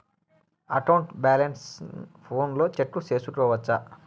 account balance ఫోనులో check సేసుకోవచ్చా